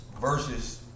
versus